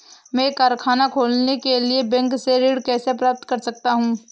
मैं कारखाना खोलने के लिए बैंक से ऋण कैसे प्राप्त कर सकता हूँ?